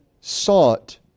sought